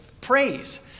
praise